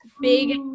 Big